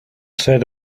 said